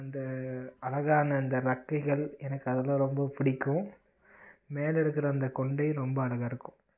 அந்த அழகான அந்த றெக்கைகள் எனக்கு அதெல்லாம் ரொம்ப பிடிக்கும் மேலேருக்குற அந்த கொண்டை ரொம்ப அழகாக இருக்கும்